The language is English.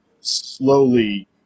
slowly